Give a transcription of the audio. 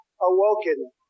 awoken